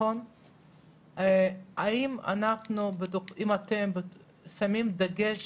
האם אתם שמים דגש